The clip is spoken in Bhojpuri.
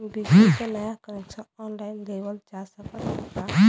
बिजली क नया कनेक्शन ऑनलाइन लेवल जा सकत ह का?